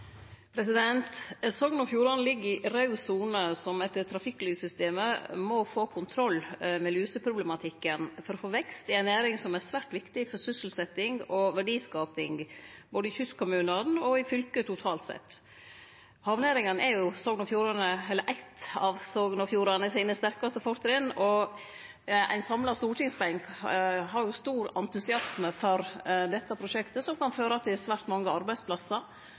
Sogn og Fjordane ligg i raud sone, som etter trafikklyssystemet må få kontroll over luseproblematikken for å få vekst i ei næring som er svært viktig for sysselsetjing og verdiskaping, både i kystkommunane og i fylket totalt sett. Havnæringane er eitt av dei sterkaste fortrinna til Sogn og Fjordane, og ein samla stortingsbenk har stor entusiasme for dette prosjektet, som kan føre til svært mange